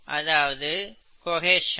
அதாவது கொஹேஷன்